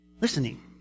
listening